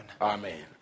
Amen